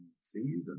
season